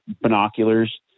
binoculars